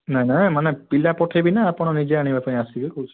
ନାଇ ନାଇ ଏମାନେ ପିଲା ପଠେଇବେ ନା ଆପଣ ନିଜେ ଆଣିବାପାଇଁ ଆସିବେ କହୁଛି